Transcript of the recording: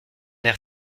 air